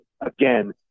again